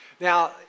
Now